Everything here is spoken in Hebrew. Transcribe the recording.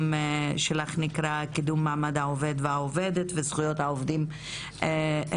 שלך נקרא "קידום מעמד העובד והעובדת וזכויות העובדים בישראל".